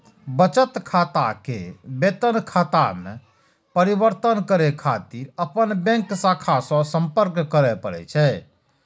बचत खाता कें वेतन खाता मे परिवर्तित करै खातिर अपन बैंक शाखा सं संपर्क करय पड़ै छै